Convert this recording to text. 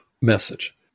message